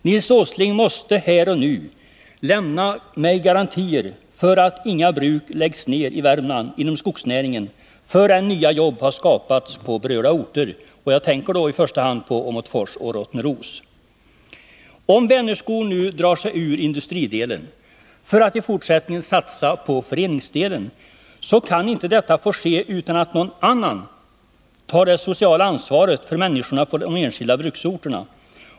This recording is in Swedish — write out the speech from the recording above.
Nils Åsling måste här och nu lämna mig garantier för att inga bruk läggs ner i Värmland inom skogsnäringen, förrän nya jobb har skapats på berörda orter. Jag tänker då i första hand på Åmotfors och Rottneros. Om Vänerskog drar sig ur industridelen för att i fortsättningen satsa på föreningsdelen, måste någon annan ta det sociala ansvaret för människorna på de enskilda bruksorterna.